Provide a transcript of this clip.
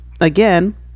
again